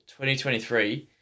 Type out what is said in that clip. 2023